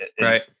Right